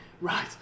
Right